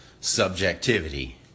subjectivity